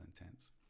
intense